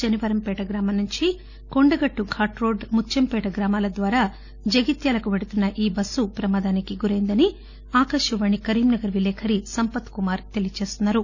శనివారంపేట గ్రామం నుంచి కొండగట్లు ఘాట్ రోడ్లు ముత్యంపేట్ గ్రామాల ద్వారా జగిత్యాలకు వెళుతున్న ఈ బస్సు ప్రమాదానికి గురైందని ఆకాశవాణి కరీంనగర్ విలేకరి సంపత్ కుమార్ తెలియజేస్తున్నారు